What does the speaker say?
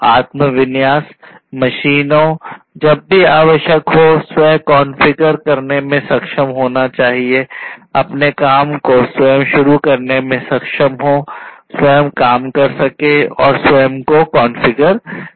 आत्म विन्यास मशीनों जब भी आवश्यक हो स्व कॉन्फ़िगर करने में सक्षम होना चाहिए अपने काम को स्वयं शुरू करने में सक्षम हो स्वयं काम कर सके और स्वयं को कॉन्फ़िगर कर सके